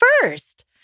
first